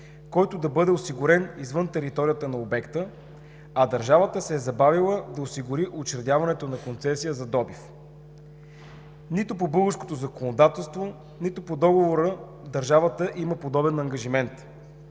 който да бъде осигурен извън територията на обекта, а държавата се е забавила да осигури учредяването на концесия за добив. Нито по българското законодателство, нито по договора държавата има подобен ангажимент.